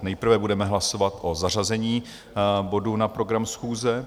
Nejprve budeme hlasovat o zařazení bodu na program schůze.